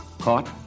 Caught